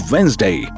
Wednesday